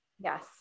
Yes